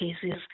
cases